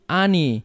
ani